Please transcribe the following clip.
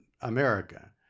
America